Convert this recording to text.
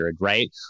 right